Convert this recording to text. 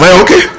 okay